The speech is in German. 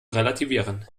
relativieren